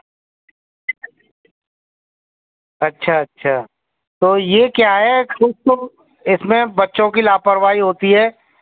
अच्छा अच्छा तो यह क्या है कुछ तो इसमें बच्चों की लापरवाही होती है